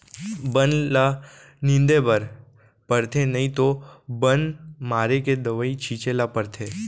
बन ल निंदे बर परथे नइ तो बन मारे के दवई छिंचे ल परथे